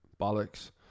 bollocks